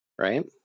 right